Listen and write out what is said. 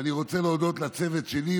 ואני רוצה להודות לצוות שלי,